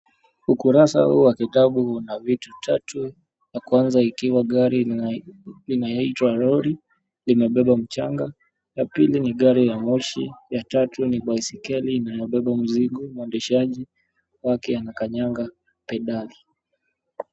Ukurasa wa vitabu na vitu tatu, ya kwanza ikiwa gari linaitwa lori limebeba mchanga, ya pili ni gari ya moshi, ya tatu ni baiskeli inayobeba mzigo, mwendeshaji wake anakanyaga pedali .